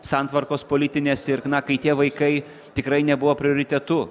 santvarkos politinės ir na kai tie vaikai tikrai nebuvo prioritetu